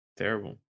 terrible